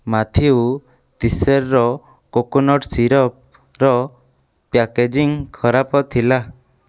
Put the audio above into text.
Matthew ତିଶେର୍ର coconut ସିରପ୍ର packaging ଖରାପ ଥିଲା